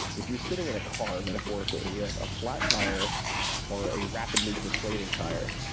if you're sitting in a car, metaphorically, and you have a flat tire or a rapidly deflating tire,